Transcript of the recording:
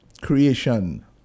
creation